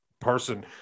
Person